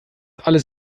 alles